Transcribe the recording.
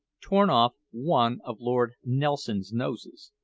torn off one of lord nelson's noses.